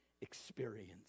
experience